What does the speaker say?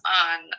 on